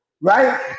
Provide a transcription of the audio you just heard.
Right